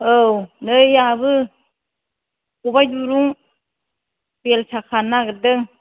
औ नै आंहाबो खबाइ दुरुं बेल्सा खानो नागिरदों